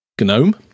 GNOME